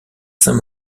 saint